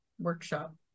workshop